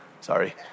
Sorry